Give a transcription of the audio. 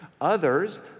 Others